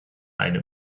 eine